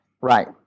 right